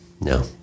No